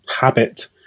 habit